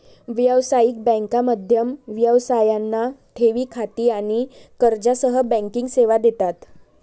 व्यावसायिक बँका मध्यम व्यवसायांना ठेवी खाती आणि कर्जासह बँकिंग सेवा देतात